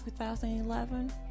2011